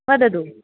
वदतु